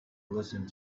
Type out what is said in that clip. listened